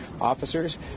officers